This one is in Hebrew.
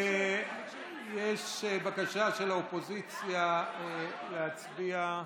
יש בקשה של האופוזיציה להצביע.